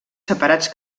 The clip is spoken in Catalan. separats